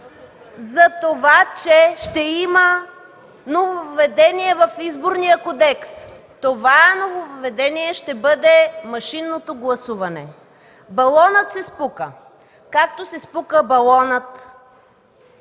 ...затова, че ще има нововъдение в Изборния кодекс. Това нововъведение ще бъде машинното гласуване. Балонът се спука, както се спука балонът,